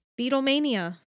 Beatlemania